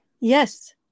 Yes